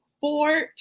four